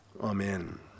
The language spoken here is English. Amen